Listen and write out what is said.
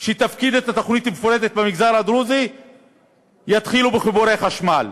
במגזר הדרוזי שתפקיד את התוכנית המפורטת יתחילו בחיבורי חשמל.